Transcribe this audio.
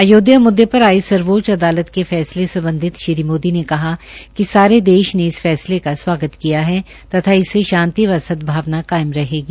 आयोध्या म्ददे पर आये सर्वोच्च अदालत के फैसले सम्बधित श्री मोदी ने कहा कि सारे देश ने इस फैसले का स्वागत किया है तथा इससे शांति व सदभावना कायम रहेगी